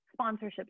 sponsorships